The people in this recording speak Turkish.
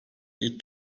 ilk